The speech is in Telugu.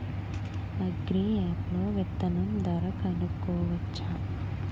అగ్రియాప్ లో విత్తనం ధర కనుకోవచ్చా?